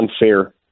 unfair